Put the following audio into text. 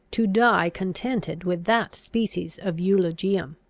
to die contented with that species of eulogium.